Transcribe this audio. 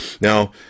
Now